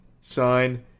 Sign